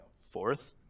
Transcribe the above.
fourth